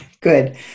Good